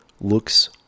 looks